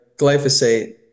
glyphosate